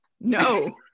No